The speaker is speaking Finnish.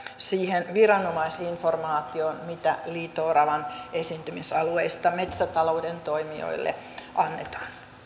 siihen viranomaisinformaatioon mitä liito oravan esiintymisalueista metsätalouden toimijoille annetaan